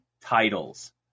titles